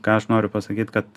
ką aš noriu pasakyt kad